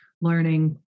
learning